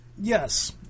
Yes